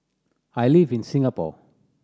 I live in Singapore